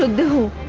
ah do